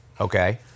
Okay